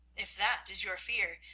if that is your fear,